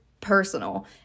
personal